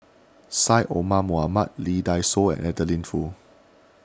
Syed Omar Mohamed Lee Dai Soh and Adeline Foo